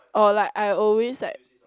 or like I always like